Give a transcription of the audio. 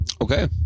Okay